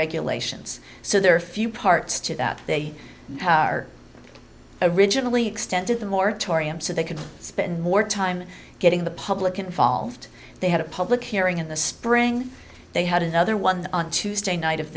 regulations so there are a few parts to that they are originally extended the moratorium so they could spend more time getting the public involved they had a public hearing in the spring they had another one on tuesday night of